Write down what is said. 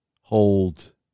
hold